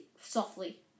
softly